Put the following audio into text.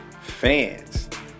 fans